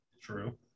True